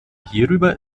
hierüber